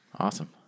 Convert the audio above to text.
Awesome